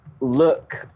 look